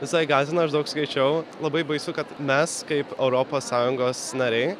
visai gąsdino aš daug skaičiau labai baisu kad mes kaip europos sąjungos nariai